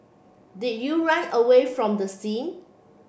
did you run away from the scene